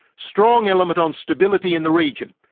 strong element on stability in the region.